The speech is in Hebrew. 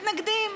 מתנגדים.